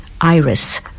IRIS